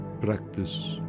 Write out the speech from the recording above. practice